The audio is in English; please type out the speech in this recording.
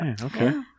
Okay